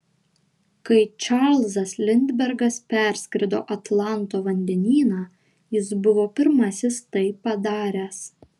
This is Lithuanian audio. kai čarlzas lindbergas perskrido atlanto vandenyną jis buvo pirmasis tai padaręs